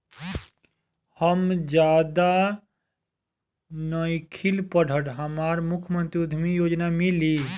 हम ज्यादा नइखिल पढ़ल हमरा मुख्यमंत्री उद्यमी योजना मिली?